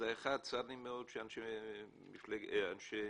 דבר אחד, צר לי מאוד שמפלגת - אנשי